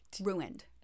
Ruined